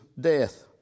death